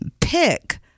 pick